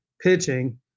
pitching